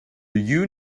you